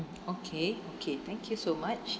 okay okay thank you so much